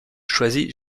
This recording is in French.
choisit